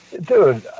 Dude